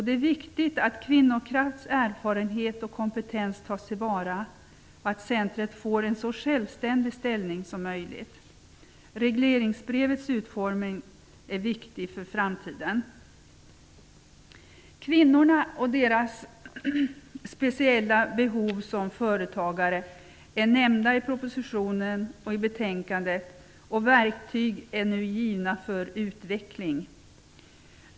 Det är viktigt att Kvinnokrafts erfarenhet och kompetens tas till vara och att centrumet får en så självständig ställning som möjligt. Regleringsbrevets utformning är viktig för framtiden. Kvinnorna och deras speciella behov som företagare är nämnda i propositionen och i betänkandet. Verktyg är nu givna för utveckling.